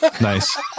Nice